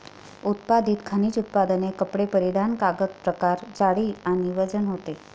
उत्पादित खनिज उत्पादने कपडे परिधान कागद प्रकार जाडी आणि वजन होते